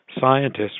scientists